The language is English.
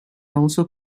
also